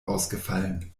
ausgefallen